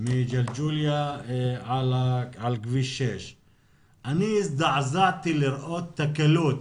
מג'לג'וליה על כביש 6. אני הזדעזעתי לראות את הקלות